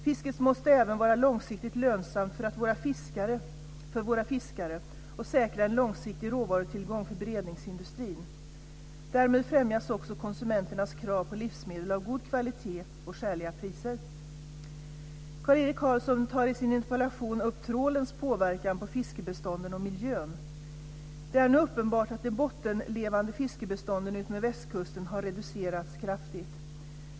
Fisket måste även vara långsiktigt lönsamt för våra fiskare och säkra en långsiktig råvarutillgång för beredningsindustrin. Därmed främjas också konsumenternas krav på livsmedel av god kvalitet till skäliga priser. Kjell-Erik Karlsson tar i sin interpellation upp trålens påverkan på fiskebestånden och miljön. Det är nu uppenbart att de bottenlevande fiskbestånden utmed västkusten har reducerats kraftigt.